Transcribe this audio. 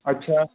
अच्छा